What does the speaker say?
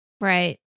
Right